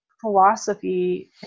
philosophy